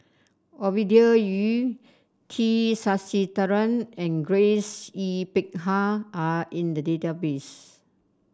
Ovidia Yu T Sasitharan and Grace Yin Peck Ha are in the database